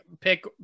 pick